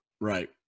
Right